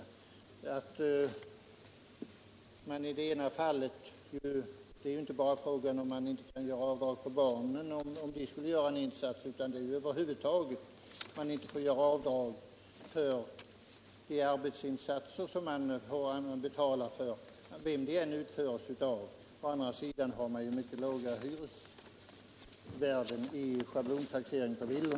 Det är inte bara fråga om att villaägaren inte kan göra avdrag för barnens lön om de skulle göra en insats, utan han får över huvud taget inte göra avdrag för de arbetsinsatser som han betalar för, vem de än utförs av. Å andra sidan har man ju mycket låga hyresvärden i schablontaxeringen för villor.